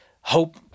hope